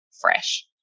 fresh